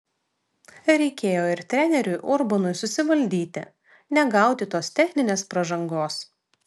reikėjo ir treneriui urbonui susivaldyti negauti tos techninės pražangos